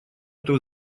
эту